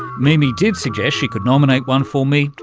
mimi did suggest she could nominate one for me,